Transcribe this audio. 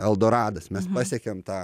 eldoradas mes pasiekėm tą